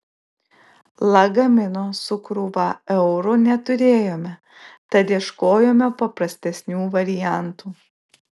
lagamino su krūva eurų neturėjome tad ieškojome paprastesnių variantų